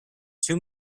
two